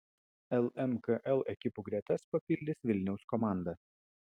lmkl ekipų gretas papildys vilniaus komanda